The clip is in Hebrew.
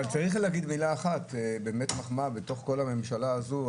אבל צריך להגיד מחמאה אחת לממשלה הזו.